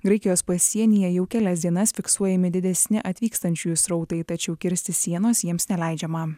graikijos pasienyje jau kelias dienas fiksuojami didesni atvykstančiųjų srautai tačiau kirsti sienos jiems neleidžiama